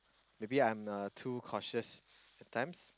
maybe I'm uh too cautious at times